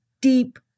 deep